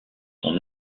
son